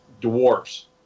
dwarfs